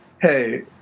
hey